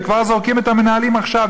וכבר זורקים את המנהלים עכשיו,